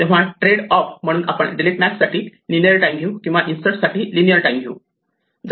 तेव्हा trade off म्हणून आपण डिलीट मॅक्स साठी लिनियर टाईम घेऊ किंवा इन्सर्ट साठी लिनियर टाईम घेऊ